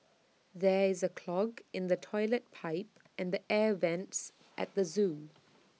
there is A clog in the Toilet Pipe and the air Vents at the Zoo